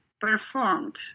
performed